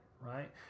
right